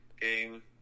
game